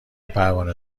پروانه